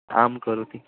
आं करोति